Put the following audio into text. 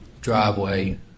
driveway